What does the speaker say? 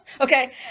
okay